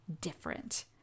different